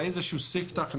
זה איזשהו ספתח.